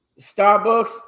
Starbucks